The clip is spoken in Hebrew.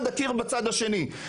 בניגוד גמור למה שנאמר בדברי ההסבר,